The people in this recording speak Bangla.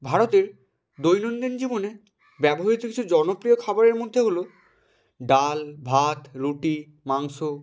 ভারতের দৈনন্দিন জীবনে ব্যবহৃত কিছু জনপ্রিয় খাবারের মধ্যে হলো ডাল ভাত রুটি মাংস